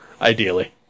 ideally